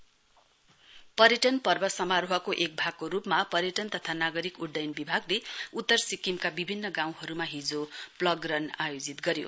plogging programme पर्यटन पर्व समारोहको एक भागको रूपमा पर्यटन तथा नागरिक उड्डयन विभागले उत्तर सिक्किमका विभिन्न गाउँहरूमा हिजो प्लग रन आयोजित गर्यो